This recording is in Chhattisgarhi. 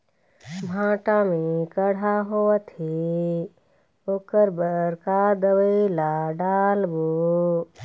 भांटा मे कड़हा होअत हे ओकर बर का दवई ला डालबो?